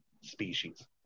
species